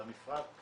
על המפרט,